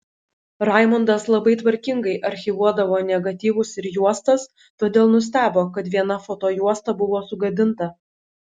raimundas labai tvarkingai archyvuodavo negatyvus ir juostas todėl nustebo kad viena fotojuosta buvo sugadinta